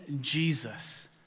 Jesus